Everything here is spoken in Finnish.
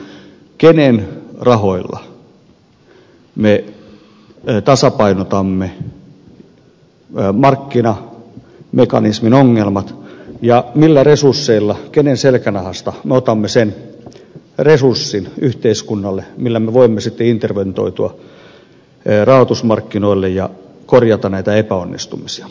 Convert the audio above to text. kenen rahoilla me tasapainotamme markkinamekanismin ongelmat ja millä resursseilla kenen selkänahasta me otamme sen resurssin yhteiskunnalle millä me voimme sitten interventoitua rahoitusmarkkinoille ja korjata näitä epäonnistumisia